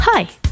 Hi